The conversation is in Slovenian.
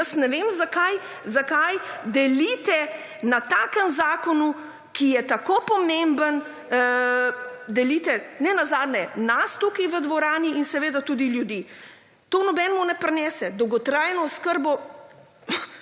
ne vem zakaj delite na takem zakonu, ki je tako pomemben delite nenazadnje nas tukaj v dvorani in tudi ljudi. To nobenemu ne prinese. Dolgotrajno oskrbo